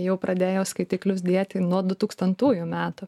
jau pradėjo skaitiklius dėti nuo du tūkstantųjų metų